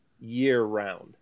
year-round